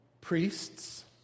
Priests